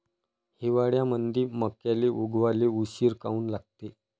हिवाळ्यामंदी मक्याले उगवाले उशीर काऊन लागते?